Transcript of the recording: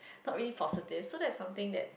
not really positive so that is something that